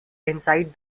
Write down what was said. inside